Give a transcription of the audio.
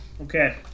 okay